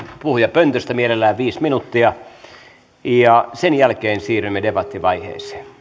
puhujapöntöstä viisi minuuttia ja sen jälkeen siirrymme debattivaiheeseen